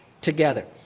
together